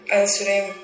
answering